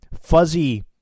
Fuzzy